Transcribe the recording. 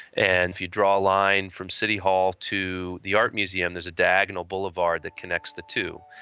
and if you draw a line from city hall to the art museum, there's a diagonal boulevard that connects the two.